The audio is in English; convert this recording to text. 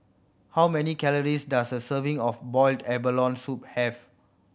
how many calories does a serving of boiled abalone soup have